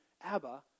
Abba